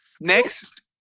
Next